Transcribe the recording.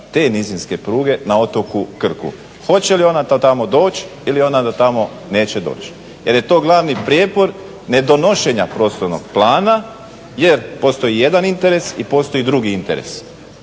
te nizinske pruge na otoku Krku. Hoće li ona to tamo doć ili ona do tamo neće doć? Jer je to glavni prijepor ne donošenja prostornog plana jer postoji jedan interes i postoji drugi interes.